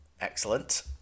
Excellent